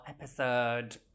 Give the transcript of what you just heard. episode